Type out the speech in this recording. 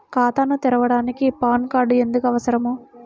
ఖాతాను తెరవడానికి PAN card ఎందుకు అవసరము?